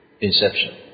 Inception